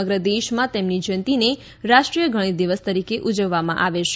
સમગ્ર દેશમાં તેમની જ્યંતિને રાષ્ટ્રીય ગણિત દિવસ તરીકે ઉજવવામાં આવે છે